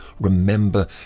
remember